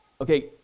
Okay